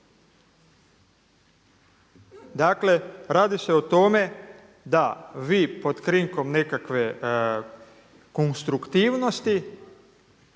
Dakle, radi se o tome da vi pod krinkom nekakve konstruktivnosti